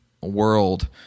world